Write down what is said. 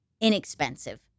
inexpensive